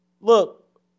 Look